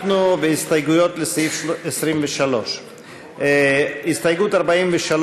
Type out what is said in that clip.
אנחנו בהסתייגות לסעיף 23. הסתייגות 43,